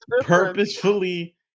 purposefully